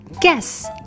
Guess